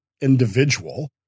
individual